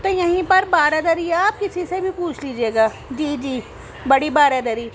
تو یہیں پر بارہ دریا آپ کسی سے بھی پوچھ لیجئے گا جی جی بڑی بارہ دری